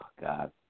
God